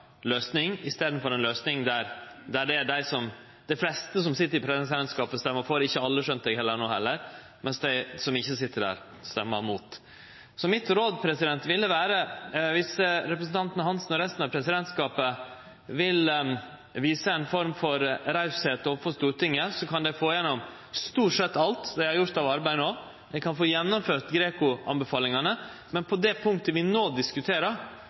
løysing i staden for ei løysing der det er dei fleste, som sit i presidentskapet, som stemmer for – ikkje alle heller, skjønte eg no – mens dei som ikkje sit der, stemmer mot. Mitt råd ville vere at viss representanten Hansen og resten av presidentskapet vil vere rause overfor Stortinget, kan dei få igjennom stort sett alt dei har gjort av arbeid, no. Dei kan få gjennomført GRECO-anbefalingane. Men på det punktet vi no diskuterer